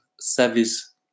service